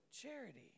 charity